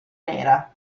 nera